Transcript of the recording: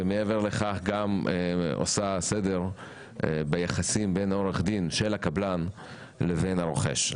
ומעבר לכך גם עושה סדר ביחסים בין עורך הדין של הקבלן לבין הרוכש.